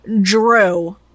Drew